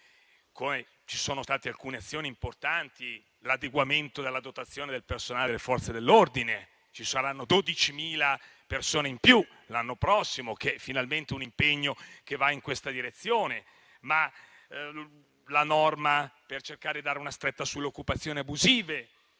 Ci sono state alcune azioni importanti, come l'adeguamento della dotazione del personale delle Forze dell'ordine. Ci saranno 12.000 persone in più l'anno prossimo: finalmente un impegno che va in questa direzione. Penso inoltre alla norma per cercare di dare una stretta sulle occupazioni abusive